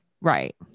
Right